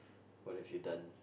what if you're done